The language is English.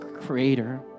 creator